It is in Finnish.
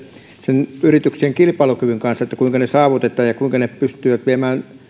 sen yrityksen kilpailukyvyn kanssa kuinka ne saavutetaan ja kuinka ne pystyvät viemään